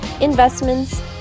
investments